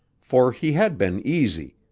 for he had been easy,